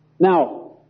Now